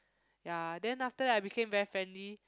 ya then after that I became very friendly